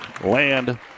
Land